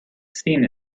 seen